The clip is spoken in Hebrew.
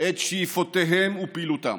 את שאיפותיהם ופעילותם.